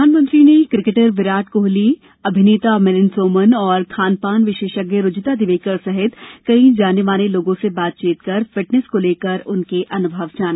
प्रधानमंत्री ने किकेटर विराट कोहली अभिनेता मिलिन्द सोमण और खानपान विशेषज्ञ रुजुता दिवेकर सहित कई जाने माने लोगों से बातचीत कर फिटनेस को लेकर उनके अनुभव जाने